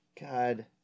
God